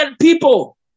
people